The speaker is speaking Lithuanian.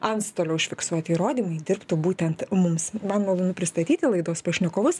antstolio užfiksuoti įrodymai dirbtų būtent mums man malonu pristatyti laidos pašnekovus